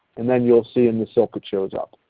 and then you will see in the silk it shows up.